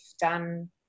done